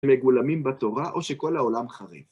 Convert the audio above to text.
מגולמים בתורה או שכל העולם חרב.